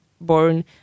born